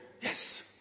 Yes